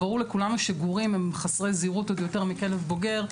ברור לכולנו שגורים הם חסרי זהירות עוד יותר מכלב בוגר.